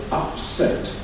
upset